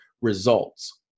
results